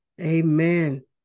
Amen